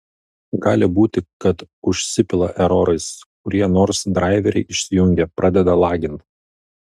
gali būti kad užsipila erorais kurie nors draiveriai išsijungia pradeda lagint